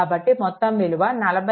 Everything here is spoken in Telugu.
కాబట్టి మొత్తం విలువ 40